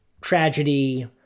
tragedy